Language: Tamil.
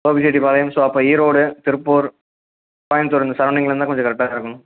கோபிச்செட்டிபாளையம் ஸோ அப்போ ஈரோடு திருப்பூர் கோயமுத்தூர் இந்த சரௌண்டிங்கில் இருந்தால் கொஞ்சம் கரெக்டாக இருக்கும்